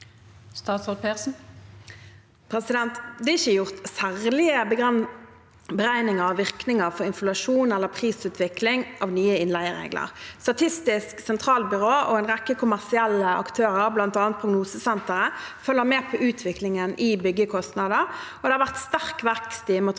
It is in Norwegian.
Det er ikke gjort særlige beregninger av virkninger for inflasjon eller prisutvikling av nye innleieregler. Statistisk sentralbyrå og en rekke kommersielle aktører, bl.a. Prognosesenteret, følger med på utviklingen når det gjelder byggekostnader. Det har vært sterk vekst i materialpriser